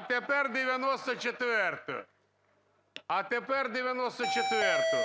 тепер 94-а. А тепер 94-у.